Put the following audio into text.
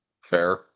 Fair